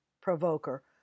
provoker